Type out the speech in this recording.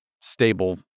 stable